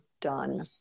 done